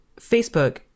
Facebook